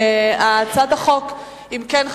אם כן,